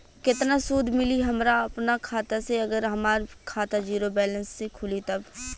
केतना सूद मिली हमरा अपना खाता से अगर हमार खाता ज़ीरो बैलेंस से खुली तब?